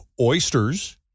oysters